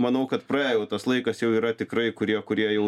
manau kad praėjo jau tas laikas jau yra tikrai kurie kurie jau